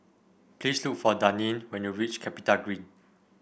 please look for Daneen when you reach CapitaGreen